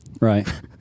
right